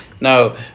No